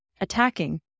Attacking